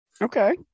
Okay